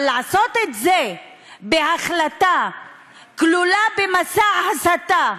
אבל לעשות את זה בהחלטה כלולה במסע הסתה,